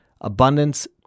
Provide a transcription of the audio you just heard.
Abundance